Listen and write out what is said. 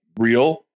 real